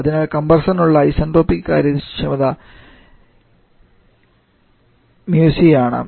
അതിനാൽ കംപ്രസ്സറിനുള്ള ഐസന്റ്രോപിക് കാര്യക്ഷമത ηc ആണ്